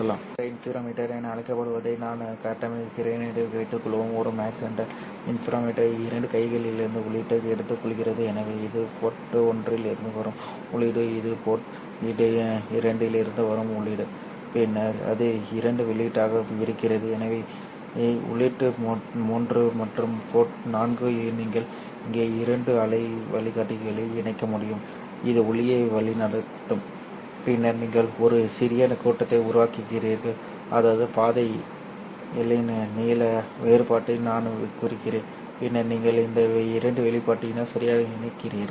Mach Zehnder interferometer என அழைக்கப்படுவதை நான் கட்டமைக்கிறேன் என்று வைத்துக்கொள்வோம் ஒரு மாக்ஜெண்டர் இன்டர்ஃபெரோமீட்டர் இரண்டு கைகளிலிருந்து உள்ளீட்டை எடுத்துக்கொள்கிறது எனவே இது போர்ட் ஒன்றிலிருந்து வரும் உள்ளீடு இது போர்ட் இரண்டிலிருந்து வரும் உள்ளீடு பின்னர் அது இரண்டு வெளியீட்டாக பிரிக்கிறது எனவே உள்ளீடு மூன்று மற்றும் போர்ட் 4 நீங்கள் இங்கே இரண்டு அலை வழிகாட்டிகளை இணைக்க முடியும் இது ஒளியை வழிநடத்தும் பின்னர் நீங்கள் ஒரு சிறிய கட்டத்தை உருவாக்குகிறீர்கள் அதாவது பாதை L இன் நீள வேறுபாட்டை நான் குறிக்கிறேன் பின்னர் நீங்கள் இந்த இரண்டு வெளியீட்டையும் சரியாக இணைக்கிறீர்கள்